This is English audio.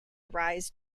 rise